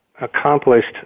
accomplished